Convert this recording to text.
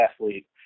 athlete